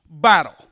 battle